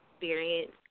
experience